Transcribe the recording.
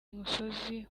musozi